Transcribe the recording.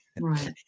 Right